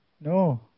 No